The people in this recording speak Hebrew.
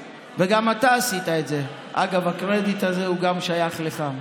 וגם אתה עשית את זה, אגב, הקרדיט הזה גם שייך לך.